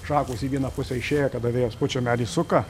šakos į vieną pusę išėję kada vėjas pučia medį suka